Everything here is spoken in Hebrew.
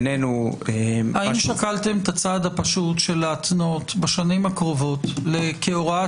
האם שקלתם את הצעד הפשוט להתנות בשנים הקרובות כהוראת